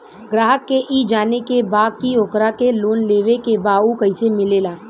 ग्राहक के ई जाने के बा की ओकरा के लोन लेवे के बा ऊ कैसे मिलेला?